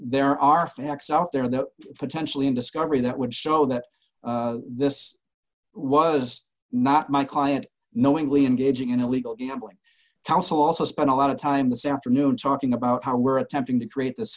there are facts out there that potentially in discovery that would show that this was not my client knowingly engaging in illegal gambling counsel also spent a lot of time the center knew in talking about how we're attempting to create this